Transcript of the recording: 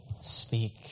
speak